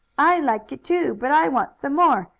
i liked it too, but i want some more.